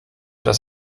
dass